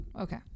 Okay